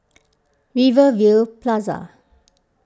Rivervale Plaza